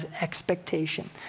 expectation